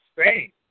Spain